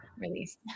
release